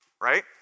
right